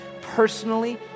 personally